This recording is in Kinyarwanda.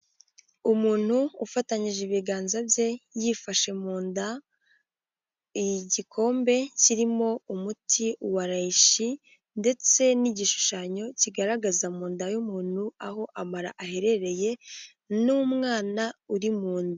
Umuntu ufatanyije ibiganza bye yifashe mu nda, igikombe kirimo umuti wa rayishi ndetse n'igishushanyo kigaragaza mu nda y'umuntu aho amara aherereye n'umwana uri mu nda.